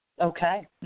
Okay